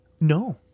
No